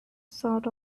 sort